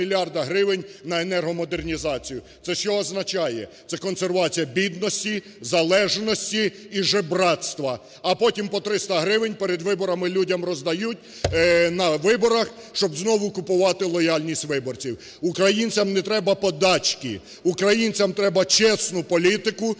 Це що означає? Це консервація бідності, залежності і жебрацтва. А потім по 300 гривень перед виборами людям роздають, на виборах, щоб знову купувати лояльність виборців. Українцям не треба подачки, українцям треба чесну політику, політику